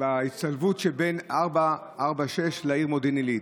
בהצטלבות שבין 446 לעיר מודיעין עילית.